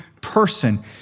person